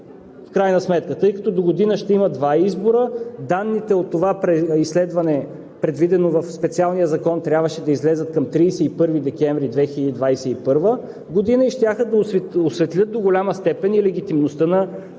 в крайна сметка, тъй като догодина ще има два избора. Данните от това изследване, предвидено в специалния закон, трябваше да излязат към 31 декември 2021 г. и щяха да осветлят до голяма степен и легитимността на